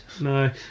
No